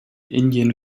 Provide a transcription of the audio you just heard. indian